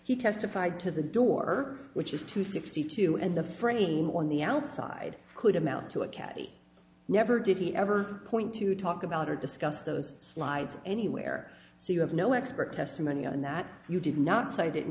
he testified to the door which is to sixty two and a for any team on the outside could amount to a caddie never did he ever point to talk about or discuss those slides anywhere so you have no expert testimony on that you did not cite i